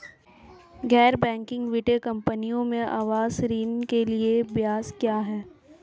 गैर बैंकिंग वित्तीय कंपनियों में आवास ऋण के लिए ब्याज क्या है?